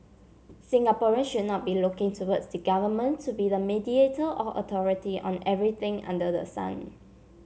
Singaporeans should not be looking towards the government to be the mediator or authority on everything under the sun